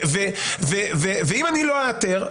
ואם אני לא איעתר,